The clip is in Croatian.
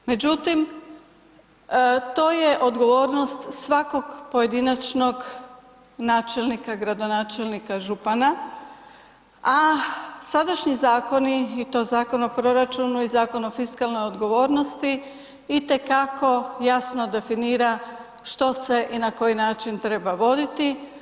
Međutim, to je odgovornost svakog pojedinačnog načelnika, gradonačelnika, župana, a sadašnji zakoni i to Zakon o proračunu i Zakon o fiskalnoj odgovornosti itekako jasno definira što se i na koji način treba voditi.